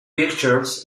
pictures